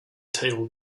table